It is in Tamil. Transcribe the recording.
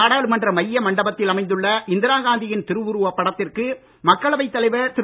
நாடாளுமன்ற மைய மண்டபத்தில் அமைந்துள்ள இந்திரா காந்தி யின் திருஉருவப் படத்திற்கு மக்களவைத் தலைவர் திரு